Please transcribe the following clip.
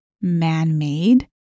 man-made